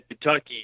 Kentucky